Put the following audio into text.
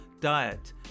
diet